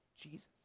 Jesus